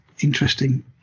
interesting